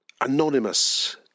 Anonymous